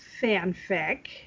fanfic